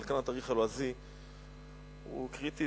אבל כאן התאריך הלועזי הוא קריטי.